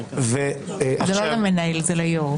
זה לא למנהל, זה ליושב-ראש.